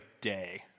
day